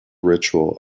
ritual